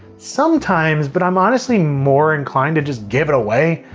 sometimes, but i'm honestly more inclined to just give it away,